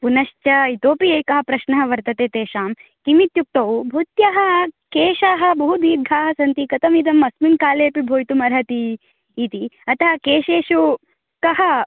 पुनश्च इतोऽपि एकः प्रश्नः वर्तते तेषां किमित्युक्तौ भवत्याः केशाः बहु दीर्घाः सन्ति कथमिदम् अस्मिन् कालेऽपि भवितुमर्हति इति अतः केशेषु कः